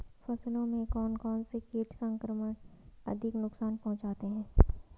फसलों में कौन कौन से कीट संक्रमण अधिक नुकसान पहुंचाते हैं?